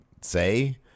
say